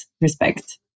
respect